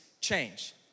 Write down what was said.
change